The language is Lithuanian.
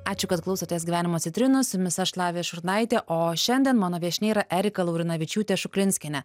ačiū kad klausotės gyvenimo citrinų su jumis aš lavija šurnaitė o šiandien mano viešnia yra erika laurinavičiūtė šuklinskienė